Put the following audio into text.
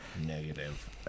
Negative